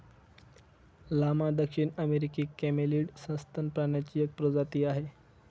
llama दक्षिण अमेरिकी camelid सस्तन प्राण्यांची एक प्रजाती आहे